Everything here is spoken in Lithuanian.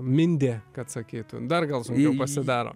mindė kad sakytų dar gal sunkiau pasidaro